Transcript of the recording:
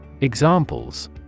Examples